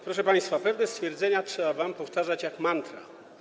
Proszę państwa, pewne stwierdzenia trzeba wam powtarzać jak mantrę.